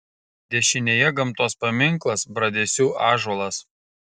dešinėje gamtos paminklas bradesių ąžuolas